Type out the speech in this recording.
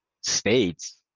States